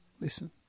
Listen